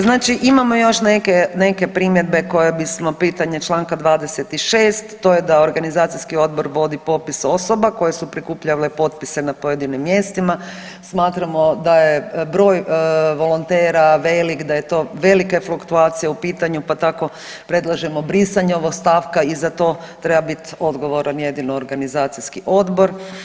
Znači imamo još neke, neke primjedbe koje bismo pitanje čl. 26., to je da organizacijski odbor vodi popis osoba koje su prikupljale potpise na pojedinim mjestima smatramo da je broj volontera velik, da je to, velika je fluktuacija u pitanju, pa tako predlažemo brisanje ovog stavka i za to treba biti odgovoran jedino organizacijski odbor.